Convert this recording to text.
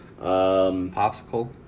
Popsicle